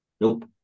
Nope